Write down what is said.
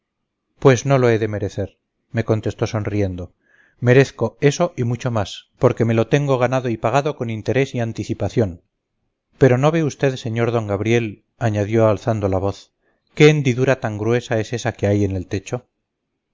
pues no lo he de merecer me contestó sonriendo merezco eso y mucho más porque me lo tengo ganado y pagado con interés y anticipación pero no ve usted sr d gabriel añadió alzando la voz qué hendidura tan grande es esa que hay en el techo